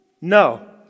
No